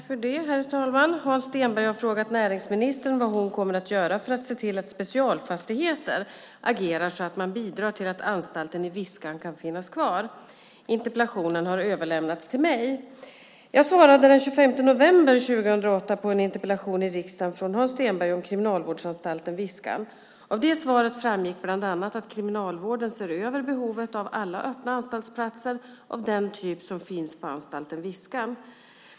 Herr talman! Hans Stenberg har frågat näringsministern vad hon kommer att göra för att se till att Specialfastigheter agerar så att man bidrar till att anstalten i Viskan kan finnas kvar. Interpellationen har överlämnats till mig. Jag svarade den 25 november 2008 på en interpellation i riksdagen från Hans Stenberg om Kriminalvårdsanstalten Viskan. Av det svaret framgick bland annat att Kriminalvården ser över behovet av alla öppna anstaltsplatser av den typ som finns på anstalten Viskan.